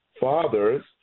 fathers